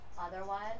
Otherwise